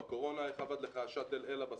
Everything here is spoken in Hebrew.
בקורונה איך עבד לך השאטל אל הבסיס,